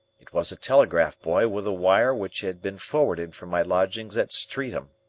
it was a telegraph-boy with a wire which had been forwarded from my lodgings at streatham.